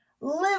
live